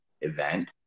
event